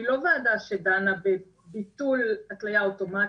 שהיא לא ועדה שדנה בביטול התליה אוטומטית,